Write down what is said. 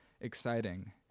exciting